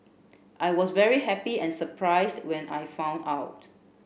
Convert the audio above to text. I was very happy and surprised when I found out